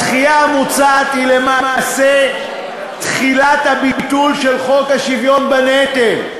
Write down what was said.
הדחייה המוצעת היא למעשה תחילת הביטול של חוק השוויון בנטל.